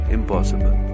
Impossible